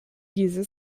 diese